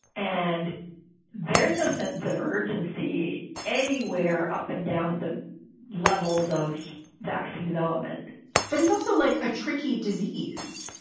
and there is no sense of urgency anywhere up and down the levels of vaccine development but it's also like a tricky disease.